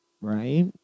right